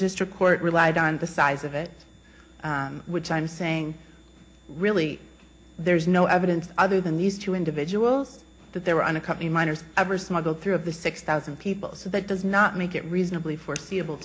district court relied on the size of it which i'm saying really there's no evidence other than these two individuals that there were unaccompanied minors ever smuggled through of the six thousand people so that does not make it reasonably foreseeable